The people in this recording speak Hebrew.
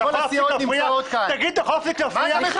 מה אתה מפחד?